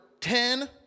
ten